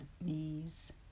knees